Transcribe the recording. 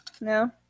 No